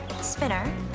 Spinner